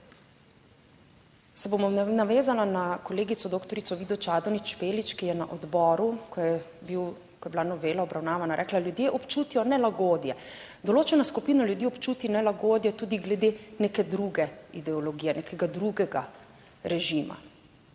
Se bom navezala na kolegico doktorico Vido Čadonič Špelič, ki je na odboru, ko je bil, ko je bila novela obravnavana, rekla: ljudje občutijo nelagodje. Določena skupina ljudi občuti nelagodje tudi glede neke druge ideologije, nekega drugega režima.